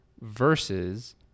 versus